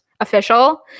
official